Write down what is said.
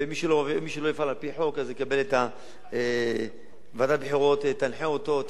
ומי שלא יפעל על-פי חוק ועדת הבחירות תנחה אותו,